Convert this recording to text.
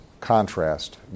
contrast